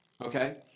okay